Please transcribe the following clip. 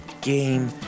game